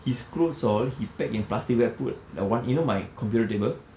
his clothes all he pack in plastic bag put the one you know my computer table